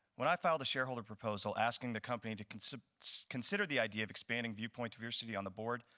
when i filed a shareholder proposal asking the company to consider consider the idea of expanding viewpoint diversity on the board,